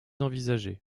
envisagée